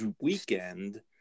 weekend